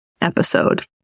episode